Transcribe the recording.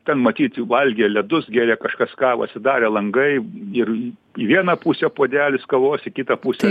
ten matyt valgė ledus gėrė kažkas kavą atsidarė langai ir į vieną pusę puodelis kavos į kitą pusę